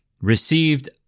received